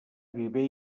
viver